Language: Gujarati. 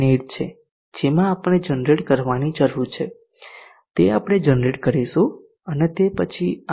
Net છે જેમાં આપણે જનરેટ કરવાની જરૂર છે તે આપણે જનરેટ કરીશું તે પછી આ